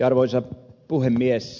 arvoisa puhemies